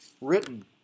written